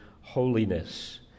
holiness